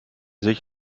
sich